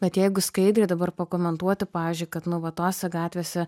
bet jeigu skaidriai dabar pakomentuoti pavyzdžiui kad nu va tose gatvėse